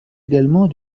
également